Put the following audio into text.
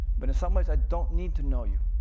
but in some ways, i don't need to know you.